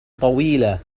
طويلة